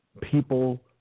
People